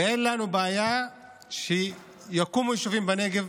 ואין לנו בעיה שיקומו יישובים בנגב,